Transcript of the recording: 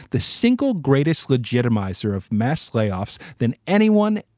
the single greatest legitimized air of mass layoffs than anyone,